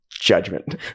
judgment